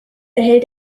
enthält